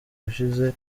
ushize